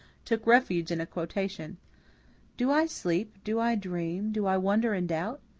took refuge in a quotation do i sleep, do i dream, do i wonder and doubt?